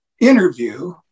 interview